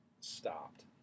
stopped